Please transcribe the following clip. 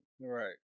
right